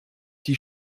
die